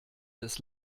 des